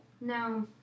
No